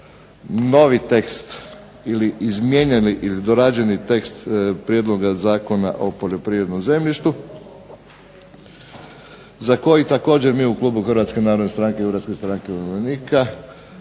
novi tekst ili izmijenjeni ili dorađeni tekst prijedloga Zakona o poljoprivrednom zemljištu za koji također mi u klubu HNS-HSU-a mislimo i u tom smislu smo i